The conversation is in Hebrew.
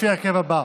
לפי ההרכב הבא: